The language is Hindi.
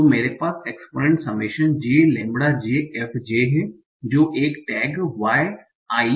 तो मेरे पास exponent summation j lambda j f j है जो एक टैग y i